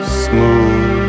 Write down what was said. smooth